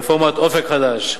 רפורמת "אופק חדש".